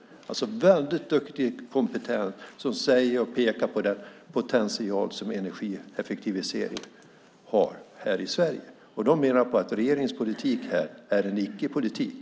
Det är alltså människor med väldigt hög kompetens som pekar på den potential som energieffektivisering har här i Sverige. De menar att regeringens politik på det här området är en icke-politik.